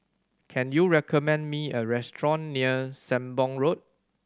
can you recommend me a restaurant near Sembong Road